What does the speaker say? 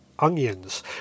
onions